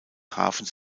hafens